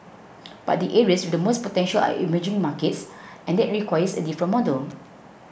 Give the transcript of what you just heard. but the areas with the most potential are emerging markets and that requires a different model